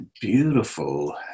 beautiful